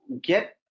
get